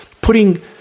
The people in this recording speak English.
putting